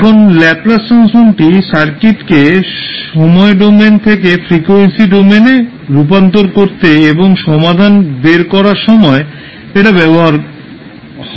এখন ল্যাপলাস ট্রান্সফর্মটি সার্কিটকে সময় ডোমেন থেকে ফ্রিকোয়েন্সি ডোমেনে রূপান্তর করতে এবং সমাধান বের করতে এটা ব্যবহার হয়